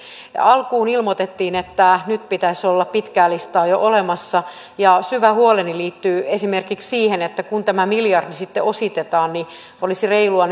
alkuun ilmoitettiin että nyt pitäisi olla pitkää listaa jo olemassa ja syvä huoleni liittyy esimerkiksi siihen että kun tämä miljardi sitten ositetaan niin olisi reilua